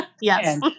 Yes